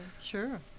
sure